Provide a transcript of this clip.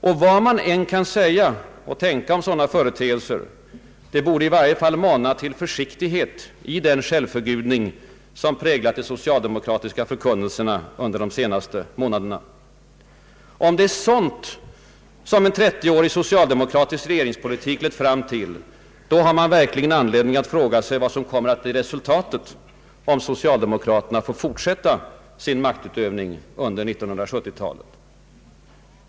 Och vad man än kan säga och tänka om sådana företeelser, de borde i varje fall mana till försiktighet i den självförgudning som präglat de socialdemokratiska förkunnelserna under de senaste månaderna. Om det är sådant som en trettiårig socialdemokratisk regeringspolitik lett fram till, då har man verkligen anledning att fråga sig vad som kommer att bli resultatet, om socialdemokraterna får fortsätta sin maktutövning under 1970-talet.